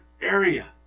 area